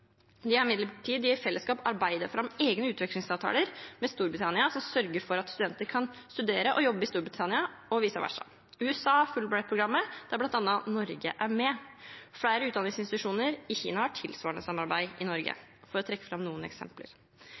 De har imidlertid i fellesskap arbeidet fram egne utvekslingsavtaler med Storbritannia som sørger for at studenter kan studere og jobbe i Storbritannia og vice versa. USA har Fulbright-programmet, der bl.a. Norge er med, og flere utdanningsinstitusjoner i Kina har tilsvarende samarbeid i Norge – for å trekke fram noen eksempler.